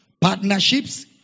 Partnerships